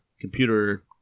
computer